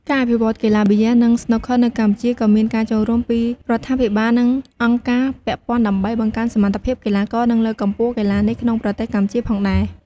ការអភិវឌ្ឍន៍កីឡាប៊ីយ៉ា និងស្នូកឃ័រនៅកម្ពុជាក៏មានការចូលរួមពីរដ្ឋាភិបាល និងអង្គការពាក់ព័ន្ធ ដើម្បីបង្កើនសមត្ថភាពកីឡាករ និងលើកកម្ពស់កីឡានេះក្នុងប្រទេសកម្ពុជាផងដែរ។